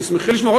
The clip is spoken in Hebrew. תשמחי לשמוע,